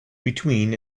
between